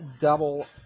double